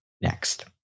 next